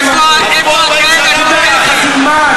עברו 40 שנה מאז.